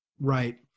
Right